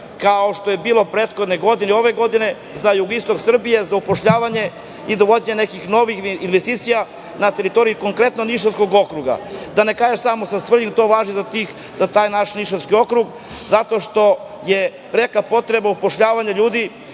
kao što je bilo prethodne godine i ove godine za jugoistok Srbije za upošljavanje i dovođenje nekih novih investicija na teritoriji konkretno Nišavskog okruga? To važi za naš Nišavski okrug zato što je preka potreba upošljavanja ljudi